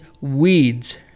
weeds